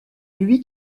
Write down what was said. lui